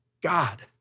God